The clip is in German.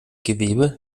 gewebe